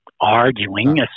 arguing